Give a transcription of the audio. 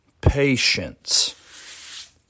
Patience